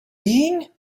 being